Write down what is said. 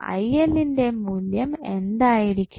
ന്റെ മൂല്യം എന്തായിരിക്കും